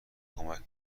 کمک